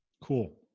Cool